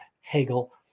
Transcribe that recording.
Hegel